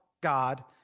God